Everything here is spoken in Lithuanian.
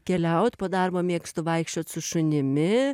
keliaut po darbo mėgstu vaikščiot su šunimi